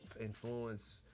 influence